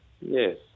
Yes